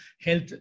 health